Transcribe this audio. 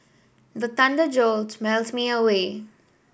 the thunder jolt me awake